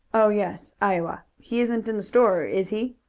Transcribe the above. oh, yes, iowa. he isn't in the store, is he?